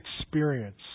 experience